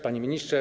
Panie Ministrze!